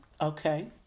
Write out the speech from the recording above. Okay